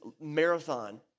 marathon